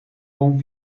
home